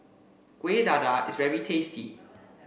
Kueh Dadar is very tasty